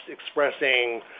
expressing